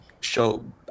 show